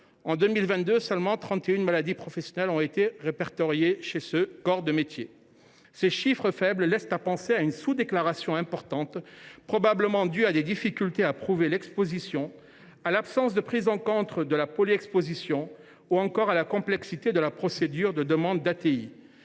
En 2022, seules trente et une maladies professionnelles ont été répertoriées dans ce corps de métier. Ces chiffres faibles laissent penser qu’il existe une sous déclaration importante, probablement due aux difficultés pour prouver l’exposition, à l’absence de prise en compte de la polyexposition, ou encore à la complexité de la procédure de demande d’ATI.